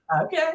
Okay